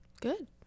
Good